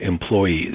employees